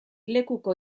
lekuko